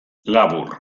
labur